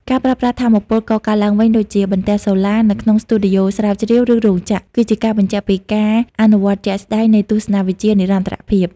ការប្រើប្រាស់ថាមពលកកើតឡើងវិញដូចជា បន្ទះសូឡា នៅក្នុងស្ទូឌីយ៉ូស្រាវជ្រាវ ឬរោងចក្រ គឺជាការបញ្ជាក់ពីការអនុវត្តជាក់ស្ដែងនៃទស្សនវិជ្ជានិរន្តរភាព។